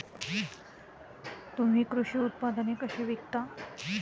तुम्ही कृषी उत्पादने कशी विकता?